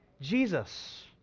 Jesus